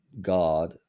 god